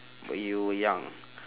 when you were young